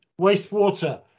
Wastewater